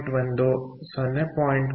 1 0